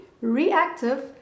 reactive